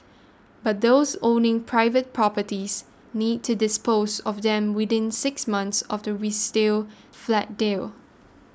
but those owning private properties need to dispose of them within six months of the flat deal